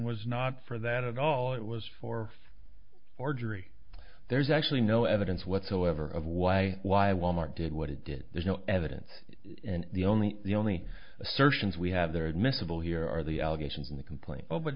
was not for that all it was for or jury there's actually no evidence whatsoever of why why wal mart did what it did there's no evidence and the only the only assertions we have there are admissible here are the allegations in the complaint o